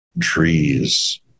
trees